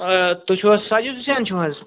تۄہہِ چھُو حظ ساجِد حُسین چھِو حظ